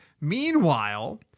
Meanwhile